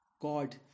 God